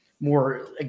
more